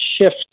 shift